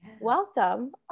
welcome